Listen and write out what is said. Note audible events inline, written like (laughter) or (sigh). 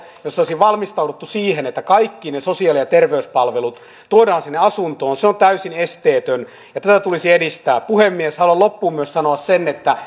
jossa olisi valmistauduttu siihen että kaikki ne sosiaali ja terveyspalvelut tuodaan sinne asuntoon se on täysin esteetön ja tätä tulisi edistää puhemies haluan loppuun sanoa myös sen että (unintelligible)